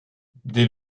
dès